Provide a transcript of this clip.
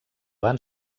van